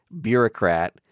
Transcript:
bureaucrat